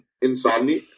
insomnia